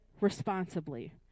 responsibly